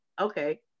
okay